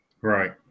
Right